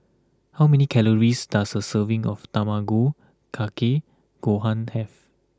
how many calories does a serving of Tamago Kake Gohan have